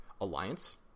Alliance